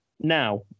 Now